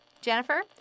Jennifer